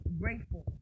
grateful